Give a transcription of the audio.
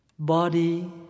Body